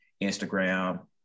Instagram